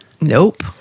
Nope